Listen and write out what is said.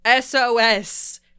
SOS